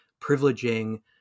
privileging